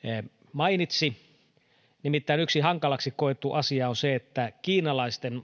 mainitsi nimittäin yksi hankalaksi koettu asia on se että kiinalaisten